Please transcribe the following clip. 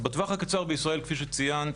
בטווח הקצר, כפי שציינת,